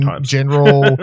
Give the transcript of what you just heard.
general